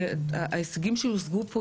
שההישגים שיושגו פה,